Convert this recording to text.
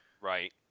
Right